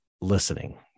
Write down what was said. listening